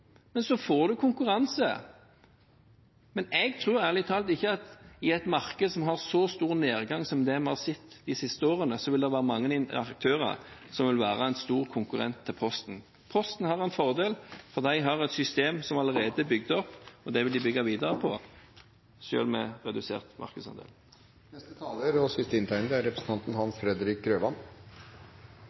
men så får en konkurranse. Men jeg tror ærlig talt ikke at i et marked som har så stor nedgang som det vi har sett de siste årene, vil det være mange aktører som vil være en stor konkurrent til Posten. Posten har en fordel, og de har et system som allerede er bygd opp, og det vil de bygge videre på selv med redusert markedsandel. Det er